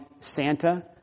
Santa